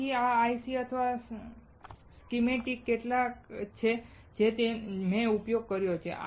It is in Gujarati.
તેથી આ IC અથવા સ્કિમૅટિક કેટલાક છે જેનો મેં ઉપયોગ કર્યો છે